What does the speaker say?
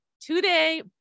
Today